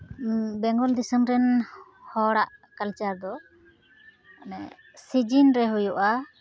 ᱵᱮᱝᱜᱚᱞ ᱫᱤᱥᱚᱢ ᱨᱮᱱ ᱦᱚᱲᱟᱜ ᱠᱟᱞᱪᱟᱨ ᱫᱚ ᱢᱟᱱᱮ ᱥᱤᱡᱤᱱ ᱨᱮ ᱦᱩᱭᱩᱜᱼᱟ